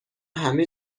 همه